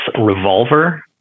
Revolver